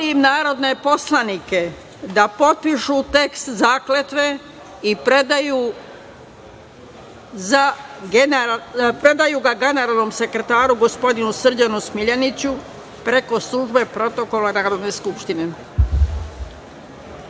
narodne poslanike da potpišu tekst zakletve i predaju ga generalnom sekretaru gospodinu Srđanu Smiljaniću preko službe Protokola Narodne skupštine. Dozvolite